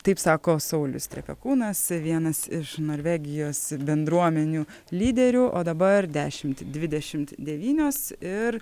taip sako saulius trepekūnas vienas iš norvegijos bendruomenių lyderių o dabar dešimt dvidešimt devynios ir